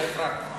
אתה הפרעת.